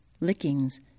lickings